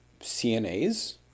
CNAs